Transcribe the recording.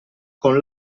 con